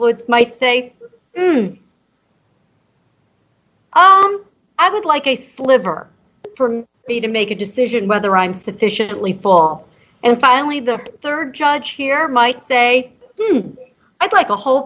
would might say oh um i would like a sliver for me to make a decision whether i'm sufficiently fall and finally the rd judge here might say i'd like a whole